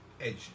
edge